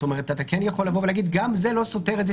אתה כן יכול להגיד שגם זה לא סותר את זה